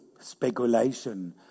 speculation